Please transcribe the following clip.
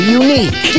unique